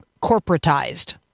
corporatized